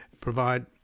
provide